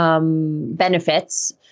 benefits